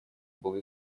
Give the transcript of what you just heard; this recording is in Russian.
было